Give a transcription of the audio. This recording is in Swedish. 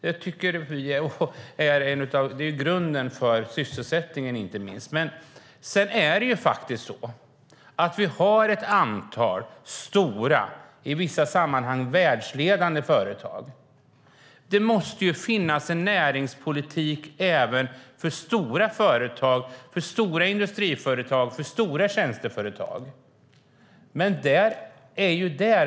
Det är grunden inte minst för sysselsättningen. Men vi har ett antal stora och i vissa sammanhang världsledande företag. Det måste finnas en näringspolitik även för stora företag, för stora industriföretag och stora tjänsteföretag. Men någonstans där klickar det.